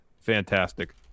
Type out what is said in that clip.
fantastic